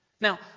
Now